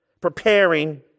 Preparing